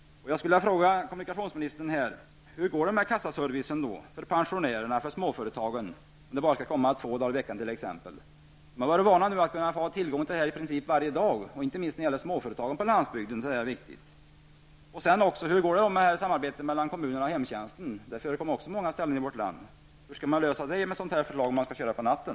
Hur går det med kassaservicen för pensionärerna och småföretagen om den bara skall bli tillgänglig t.ex. två dagar i veckan? De har varit vana att ha tillgång till denna service varje dag. Inte minst för småföretagen på landsbygden är detta viktigt. Hur går det med samarbetet mellan kommunerna och hemtjänsten? Det förekommer också på många ställen i vårt land. Hur skall man lösa den frågan om körningen skall ske på natten?